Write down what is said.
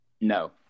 No